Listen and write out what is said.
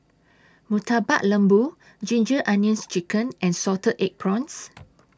Murtabak Lembu Ginger Onions Chicken and Salted Egg Prawns